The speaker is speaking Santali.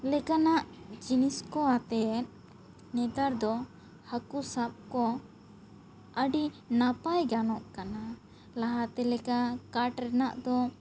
ᱞᱮᱠᱟᱱᱟᱜ ᱡᱤᱱᱤᱥ ᱠᱚ ᱟᱛᱮᱫ ᱱᱮᱛᱟᱨ ᱫᱚ ᱦᱟᱹᱠᱩ ᱥᱟᱵ ᱠᱚ ᱟᱹᱰᱤ ᱱᱟᱯᱟᱭ ᱜᱟᱱᱚᱜ ᱠᱟᱱᱟ ᱞᱟᱦᱟᱛᱮ ᱞᱮᱠᱟ ᱠᱟᱴ ᱨᱮᱱᱟᱜ ᱫᱚ